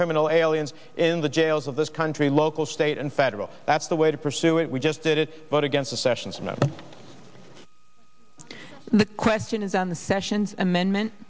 criminal aliens in the jails of this country local state and federal that's the way to pursue it we just did it but again so sessions and the question is on the sessions amendment